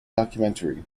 documentary